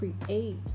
create